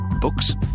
books